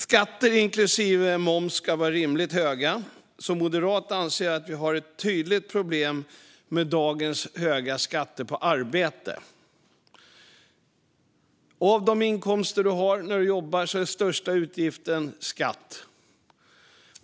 Skatter, inklusive moms, ska vara rimligt höga. Som moderat anser jag att vi har ett tydligt problem med dagens höga skatter på arbete. När du jobbar och har inkomster är den största utgiften du har skatt.